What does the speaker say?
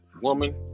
woman